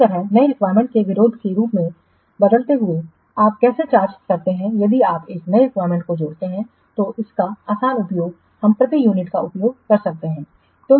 इसी तरह नई रिक्वायरमेंट्स के विरोध के रूप में बदलते हुए आप कैसे चार्ज करते हैं यदि आप एक नई रिक्वायरमेंट्स को जोड़ते हैं तो इसका आसान उपयोग हम प्रति यूनिट का उपयोग कर सकते हैं